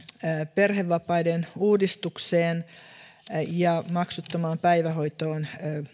perhevapaiden uudistukseen ja maksuttomaan päivähoitoon